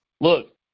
Look